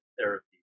therapy